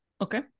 Okay